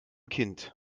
kind